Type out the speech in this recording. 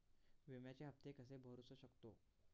विम्याचे हप्ते कसे भरूचो शकतो?